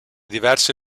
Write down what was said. diverse